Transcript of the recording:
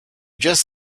just